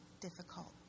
difficult